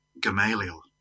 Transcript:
Gamaliel